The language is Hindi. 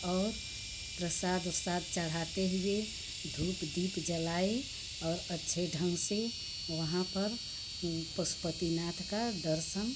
और प्रसाद ओरसाद चढ़ाते हुए धूप दीप जलाए और अच्छे ढंग से वहाँ पर पशुपतिनाथ का दर्शन